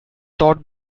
thought